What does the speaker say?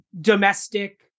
domestic